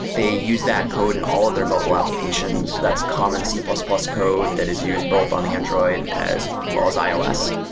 they use that code in all of their mobile applications. so that's common c plus plus code that is used both on android as well as ios.